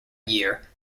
year